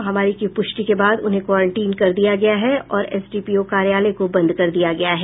महामारी की पुष्टि के बाद उन्हें क्वारेंटीन कर दिया गया है और एसडीपीओ कार्यालय को बंद कर दिया गया है